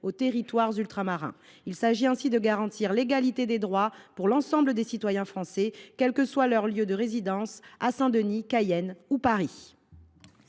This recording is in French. aux territoires ultramarins ? Il s’agit ainsi de garantir l’égalité des droits pour l’ensemble des citoyens français, quel que soit leur lieu de résidence, à Saint Denis, Cayenne ou Paris.